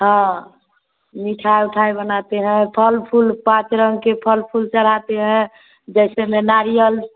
हाँ मिठाई उठाई बनाते हैं फल फूल पाँच रंग के फल फूल चढ़ाते हैं जैसे में नारियल